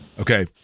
Okay